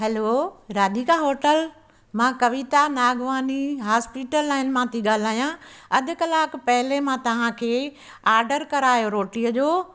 हलो Radhika hotel मां Kavita Nagwani hospital line मां थी ॻाल्हायां अधु कलाक पहले मां तव्हां खे आडर करायो रोटीअ जो